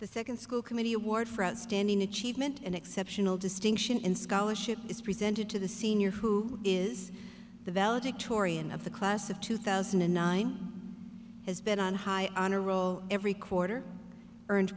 the second school committee award for outstanding achievement and exceptional distinction in scholarship is presented to the sr who is the valedictorian of the class of two thousand and nine has been on high honor roll every quarter earned